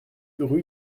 rue